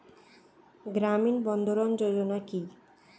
গ্রামীণ বন্ধরন যোজনা কি?